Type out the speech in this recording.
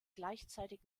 gleichzeitig